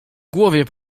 głowie